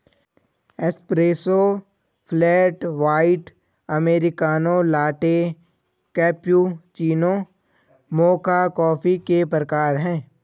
espresso, flat white, americano, latte, cappuccino, mocha coffee के प्रकार हैं